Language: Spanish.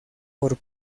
por